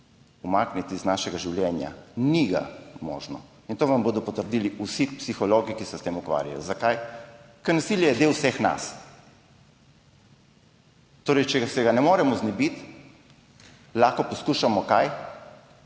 umakniti iz našega življenja? Ni ga možno in to vam bodo potrdili vsi psihologi, ki se s tem ukvarjajo. Zakaj? Ker nasilje je del vseh nas. Če se ga torej ne moremo znebiti, lahko poskušamo – kaj?